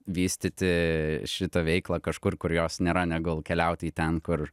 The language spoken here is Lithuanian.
vystyti šitą veiklą kažkur kur jos nėra negul keliauti į ten kur